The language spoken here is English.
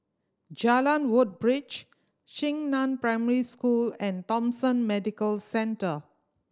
Jalan Woodbridge Xingnan Primary School and Thomson Medical Centre